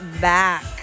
back